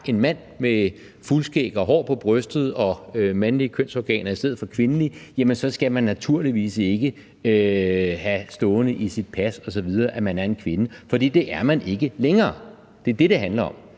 en mand med fuldskæg og hår på brystet og mandlige kønsorganer i stedet for kvindelige, så skal man naturligvis ikke have stående i sit pas osv., at man er en kvinde, for det er man ikke længere; det er det, det handler om.